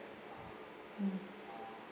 mm